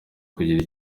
kugira